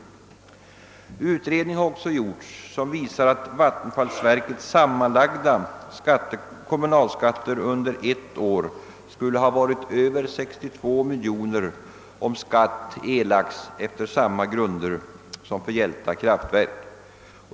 En utredning som gjorts visar att statens vattenfallsverks sammanlagda kommunalskatter under ett år skulle ha varit över 62 miljoner kronor om skatt erlagts enligt samma regler som gäller för Hjälta kraftverk.